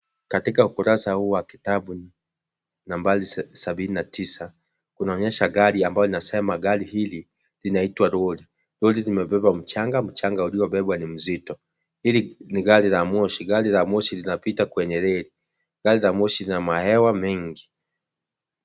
Katika ukurasa huu wa kitabu nambari sabini na tisa unaonyesha gari ambalo linasema gari hili linaitwa lori. Lori limebeba mchanga. Mchanga uliobebwa ni mzito. Hili ni gari la moshi. Garimoshi linapita kwenye reli. Gari la moshi lina mabehewa mengi.